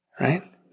right